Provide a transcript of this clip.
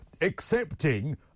accepting